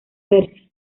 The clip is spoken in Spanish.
percy